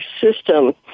system